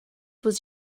was